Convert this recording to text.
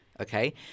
Okay